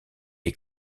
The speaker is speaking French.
est